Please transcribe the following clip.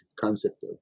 concept